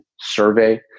survey